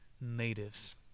natives